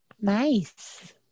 Nice